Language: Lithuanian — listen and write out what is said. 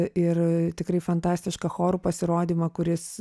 ir tikrai fantastišką chorų pasirodymą kuris